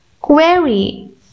query